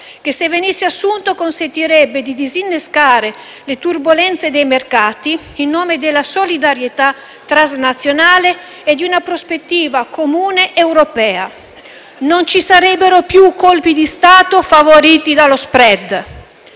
che, se venisse assunto, consentirebbe di disinnescare le turbolenze dei mercati in nome della solidarietà transnazionale e di una prospettiva comune europea. Non ci sarebbero più colpi di Stato favoriti dallo *spread*.